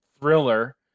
Thriller